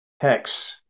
Hex